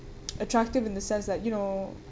attractive in the sense that you know